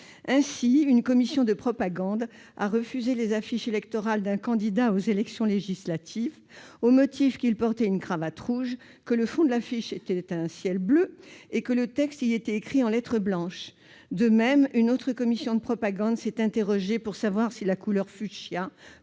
Ainsi, une commission de propagande a refusé les affiches électorales d'un candidat aux élections législatives au motif qu'il portait une cravate rouge, que le fond de l'affiche était un ciel bleu et que le texte y était écrit en lettres blanches. De même, une autre commission de propagande s'est interrogée pour savoir si la couleur fuchsia